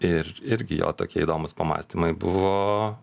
ir irgi jo tokie įdomūs pamąstymai buvo